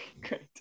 Great